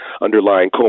underlying